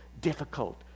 difficult